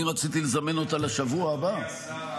אני רציתי לזמן אותה לשבוע הבא --- אדוני השר,